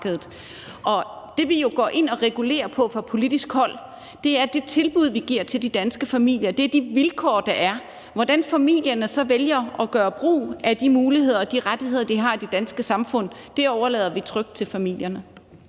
Det, vi jo går ind og regulerer på fra politisk hold, er det tilbud, vi giver til de danske familier; det er de vilkår, der er. Hvordan familierne så vælger at gøre brug af de muligheder og de rettigheder, de har i det danske samfund, overlader vi trygt til familierne.